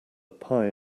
pie